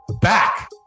back